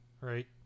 right